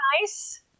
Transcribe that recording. nice